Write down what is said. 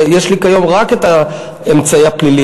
ויש לי כיום רק את האמצעי הפלילי,